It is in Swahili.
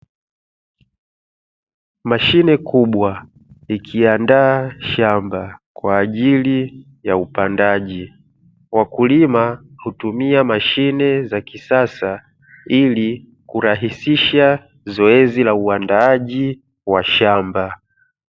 Mashine kubwa ikiandaa shamba kwa ajili ya upandaji. Wakulima hutumia mashine za kisasa ili kurahisisha zoezi la uandaaji wa shamba.